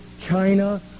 China